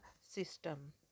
system